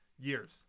years